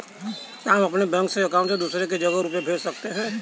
क्या हम अपने बैंक अकाउंट से दूसरी जगह रुपये भेज सकते हैं?